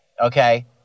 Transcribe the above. okay